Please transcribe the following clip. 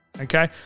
Okay